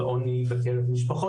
על עוני בקרב משפחות.